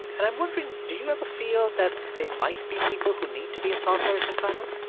and i'm wondering, do you ever feel that they might be people who need to be in solitary confinement?